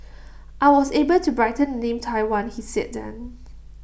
I was able to brighten the name Taiwan he said then